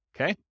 Okay